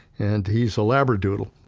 and he's a labradoodle.